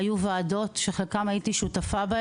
היו ועדות, שלחלקן הייתי שותפה.